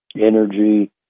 energy